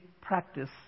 practice